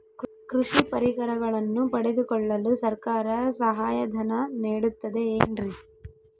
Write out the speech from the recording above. ಕೃಷಿ ಪರಿಕರಗಳನ್ನು ಪಡೆದುಕೊಳ್ಳಲು ಸರ್ಕಾರ ಸಹಾಯಧನ ನೇಡುತ್ತದೆ ಏನ್ರಿ?